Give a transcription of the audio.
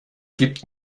gibt